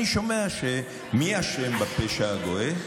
אני שומע שמי אשם בפשע הגואה?